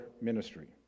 ministry